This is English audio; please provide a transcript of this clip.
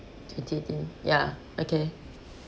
ya okay